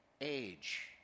age